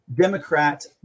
Democrat